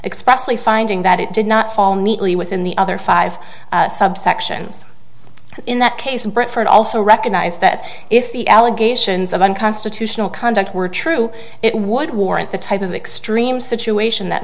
expressly finding that it did not fall neatly within the other five subsections in that case and preferred also recognize that if the allegations of unconstitutional conduct were true it would warrant the type of extreme situation that